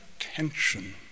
attention